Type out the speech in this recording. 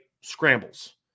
scrambles